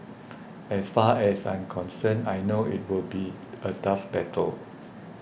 as far as I'm concerned I know it will be a tough battle